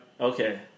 Okay